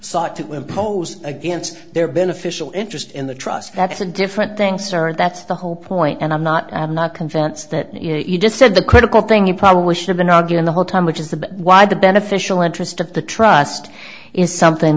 sought to impose against their beneficial interest in the trust that's a different thing sir and that's the whole point and i'm not i'm not convinced that you just said the critical thing you probably should have been arguing the whole time which is the why the beneficial interest of the trust is something